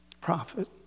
prophet